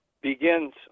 begins